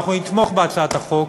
ואנחנו נתמוך בהצעת החוק,